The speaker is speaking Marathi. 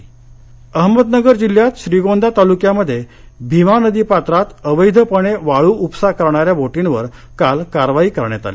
वाळू अगमदनगर अहमदनगर जिल्ह्यात श्रीगोंदा तालुक्यामध्ये भीमा नदी पात्रात अवैधपणे वाळू उपसा करणाऱ्या बोटींवर काल कारवाई करण्यात आली